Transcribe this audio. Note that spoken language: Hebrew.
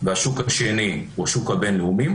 והשוק השני הוא השוק הבין לאומי,